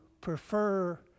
prefer